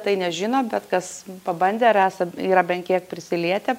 tai nežino bet kas pabandę ar esa yra bent kiek prisilietę